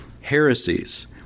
heresies